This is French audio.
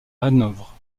hanovre